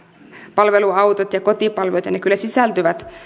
palveluautot ja kotipalvelut ja ne kyllä sisältyvät